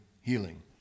healing